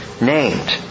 named